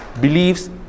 Believes